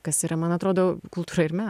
kas yra man atrodo kultūra ir menas